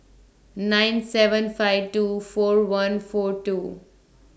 nine seven five two four one four two